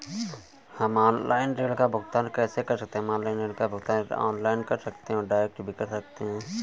हम ऑनलाइन ऋण का भुगतान कैसे कर सकते हैं?